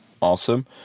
Awesome